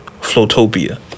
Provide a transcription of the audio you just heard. Flotopia